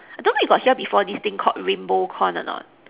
I don't know you got hear before this thing called rainbow corn or not